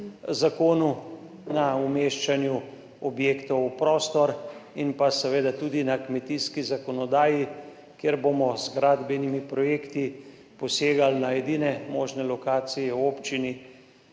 zakonu, na umeščanju objektov v prostor in seveda tudi na kmetijski zakonodaji, kjer bomo z gradbenimi projekti posegali na edine možne lokacije v občini,